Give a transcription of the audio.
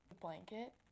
blanket